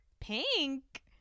Pink